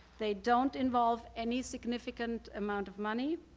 they don't involve any significant amount of money.